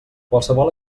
qualsevol